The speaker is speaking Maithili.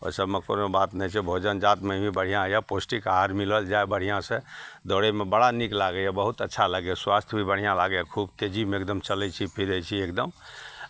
ओहि सभमे कोनो बात नहि छै भोजन जातमे भी बढ़िआँ यए पौष्टिक आहार मिलल जाए बढ़िआँसँ दौड़यमे बड़ा नीक लागैए बहुत अच्छा लागैए स्वास्थ भी बढ़िआँ लागैए खूब तेजीमे एकदम चलै छी फिरै छी एकदम